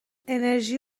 انِرژی